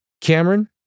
Cameron